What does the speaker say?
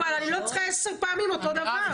אבל אני לא צריכה עשר פעמים אותו דבר.